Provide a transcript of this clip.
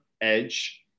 edge